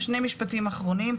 שני משפטים אחרונים,